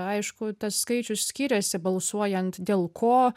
aišku tas skaičius skiriasi balsuojant dėl ko